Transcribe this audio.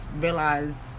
realized